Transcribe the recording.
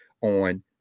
on